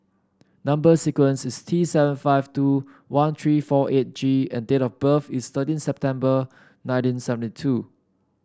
number sequence is T seven five two one three four eight G and date of birth is thirteen September nineteen seventy two